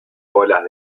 bolas